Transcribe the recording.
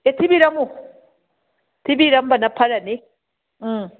ꯑꯦ ꯊꯤꯕꯤꯔꯝꯃꯨ ꯊꯤꯕꯤꯔꯝꯕꯅ ꯐꯔꯅꯤ ꯎꯝ